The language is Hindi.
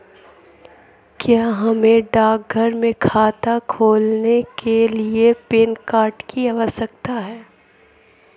क्या हमें डाकघर में खाता खोलने के लिए पैन कार्ड की आवश्यकता है?